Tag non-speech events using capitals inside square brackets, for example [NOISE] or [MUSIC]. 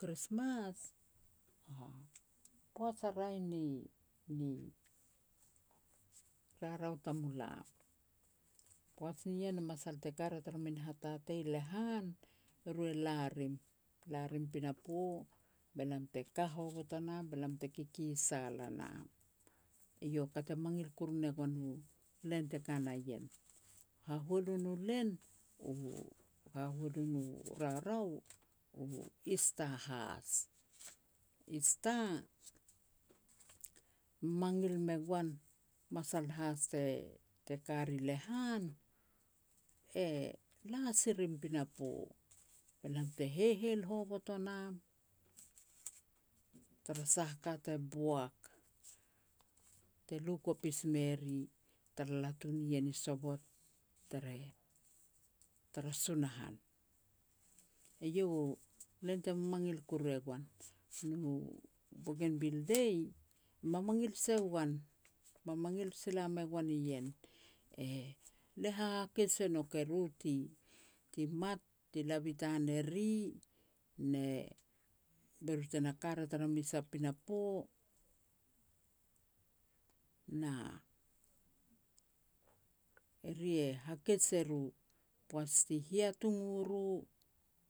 Krismas, a poats a raeh ni-ni rarau tamulam. Poaj nien a masal te ka ria tara min hatatei lehan, eru e lam rim. La rim pinapo, be lam te ka hovot o nam, be lam te kikisal a nam. Eiau ka te mangil kuru ne gon u len te ka na ien. Hahualu nu len, u hahualu nu rarau, u Easter has. Easter, mangil me goan masal has te ka ri lehan e la si rim pinapo be lam te heiheil hovot o nam tara sah a ka te boak, te lu kopis me ri tara latu ni ien i sovot, tere, tara Sunahan. Eiau u len te mangil kuru e goan, nu Bougainvile Day, mamangil se goan. Mamangil sila me goan ien, e lia hahakej e nouk eru ti-ti mat ti la bitan eri, ne, [UNINTELLIGIBLE] be ru te na ka ria tara mes a pinapo, na eri e hakej se ru poaj ti hiatung u ru